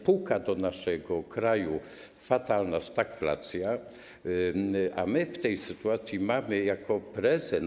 Puka do naszego kraju fatalna stagflacja, a my w tej sytuacji mamy jako prezent.